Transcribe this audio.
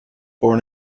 born